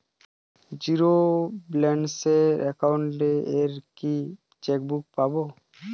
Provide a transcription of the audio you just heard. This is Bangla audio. জীরো ব্যালেন্স অ্যাকাউন্ট এ কি চেকবুক পাব?